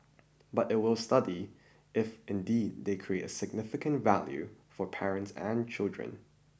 but it will study if indeed they create a significant value for parents and children